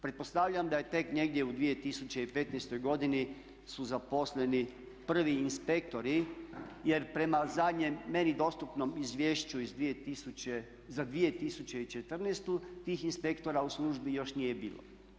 Pretpostavljam da je tek negdje u 2015. godini su zaposleni prvi inspektori jer prema zadnjem, meni dostupnom izvješću za 2014. tih inspektora u službi još nije bilo.